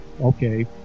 okay